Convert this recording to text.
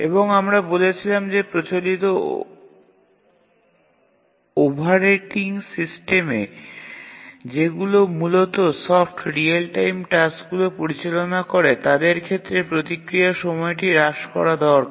এবং আমরা বলেছিলাম যে প্রচলিত ওভারেটিং সিস্টেমে যেগুলো মূলত সফট রিয়েল টাইম টাস্কগুলি পরিচালনা করে তাদের ক্ষেত্রে প্রতিক্রিয়া সময়টি হ্রাস করা দরকার